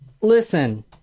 listen